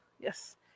Yes